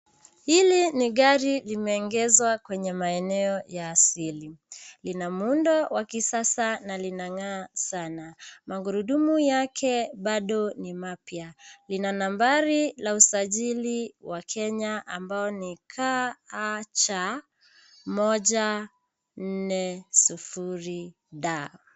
Hili ni gari limeegeshwa kwenye maeneo ya asili. Lina muundo wa kisasa na linangaa sana. Magurudumu yake bado ni mapya. Lina nambari la usajili wa Kenya ambayo ni KAC 140 D.